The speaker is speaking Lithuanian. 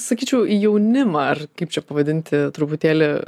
sakyčiau jaunimą ar kaip čia pavadinti truputėlį